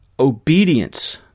obedience